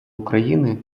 україни